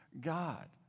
God